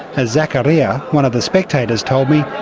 as zakarya, one of the spectators, told me,